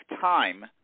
time